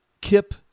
Kip